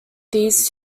these